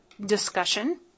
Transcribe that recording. discussion